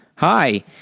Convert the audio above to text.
Hi